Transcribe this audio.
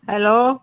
hello